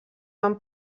van